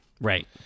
right